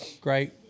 Great